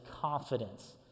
confidence